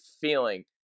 feeling